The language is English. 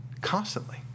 constantly